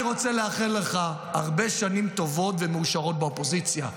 אני רוצה לאחל לך הרבה שנים טובות ומאושרות באופוזיציה,